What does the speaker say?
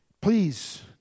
Please